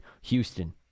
Houston